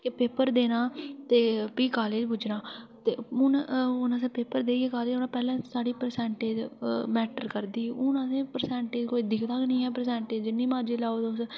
paper देना फ्ही college पुज्जना ते हुन असें पेपर देइऐ कॉलेज औना पैह्लै साढी परस्टेंज उप्पर मैटर करदा हा हुन असैं गी परस्टेज कोई दिखदा गै नीं ऐ